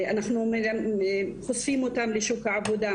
אנחנו חושפים אותם לשוק העבודה,